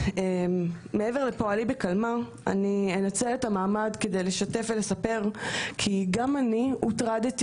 מעבר לפועלי בקלמ"ה אני אנצל את המעמד כדי לשתף ולספר שגם אני הוטרדתי